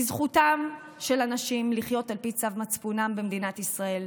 כי זכותם של אנשים לחיות על פי צו מצפונם במדינת ישראל.